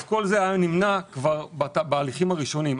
כל זה היה נמנע בהליכים הראשונים.